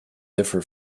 differ